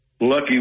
lucky